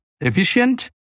efficient